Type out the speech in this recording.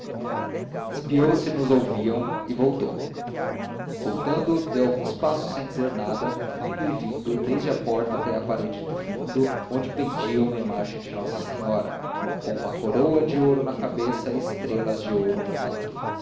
espiou se nos ouviram e voltou voltando deu alguns passos sem dizer nada indo e vindo desde a porta até à parede do fundo onde pendia uma imagem de nossa senhora com uma coroa de ouro na cabeça e estrelas de ouro no manto